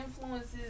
influences